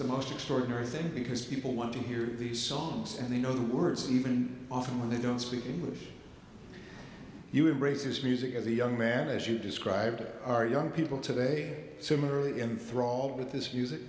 the most extraordinary thing because people want to hear these songs and they know the words even often when they don't speak english you embrace this music as a young man as you describe there are young people today similarly enthralled with this music